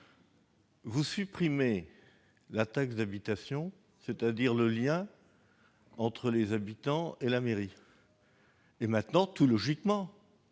vous supprimez la taxe d'habitation, c'est-à-dire le lien entre les habitants et la mairie. Tout à fait ! Désormais, très logiquement,